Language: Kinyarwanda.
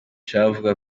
kaminuza